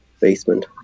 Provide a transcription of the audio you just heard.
basement